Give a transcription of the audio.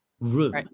room